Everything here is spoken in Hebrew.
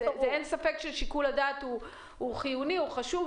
אין ספק ששיקול הדעת הוא חיוני וחשוב,